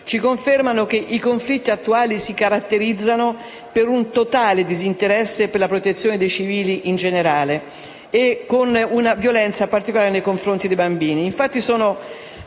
ci confermano che i conflitti attuali si caratterizzano per un totale disinteresse per la protezione dei civili in generale, con una particolare violenza nei confronti dei bambini.